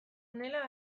honela